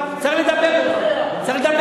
צריך לדבר בנימוס,